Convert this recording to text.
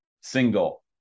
single